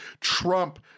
Trump